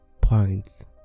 points